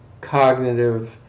cognitive